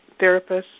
therapists